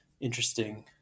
interesting